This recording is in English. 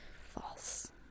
False